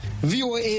VOA